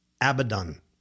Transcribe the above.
Abaddon